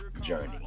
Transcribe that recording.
journey